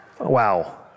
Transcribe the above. Wow